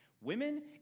Women